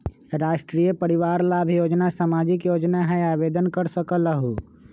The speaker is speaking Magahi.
राष्ट्रीय परिवार लाभ योजना सामाजिक योजना है आवेदन कर सकलहु?